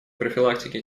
профилактики